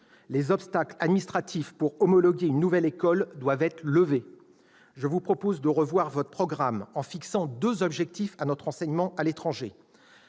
Les obstacles administratifs à l'homologation d'une nouvelle école doivent être levés. Je vous propose de revoir votre programme en fixant deux objectifs à notre enseignement à l'étranger